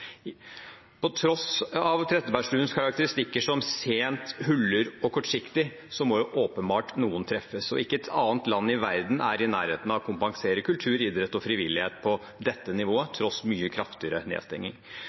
På tross av Trettebergstuens karakteristikker som «sent», «huller» og «kortsiktig» må åpenbart noen treffe. Ikke noe annet land i verden er i nærheten av å kompensere kultur, idrett og frivillighet på dette nivået, tross mye kraftigere nedstenging.